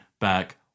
back